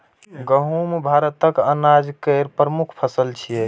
गहूम भारतक अनाज केर प्रमुख फसल छियै